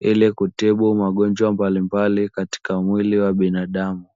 ili kutibu magonjwa mbalimbali katika mwili wa binadamu.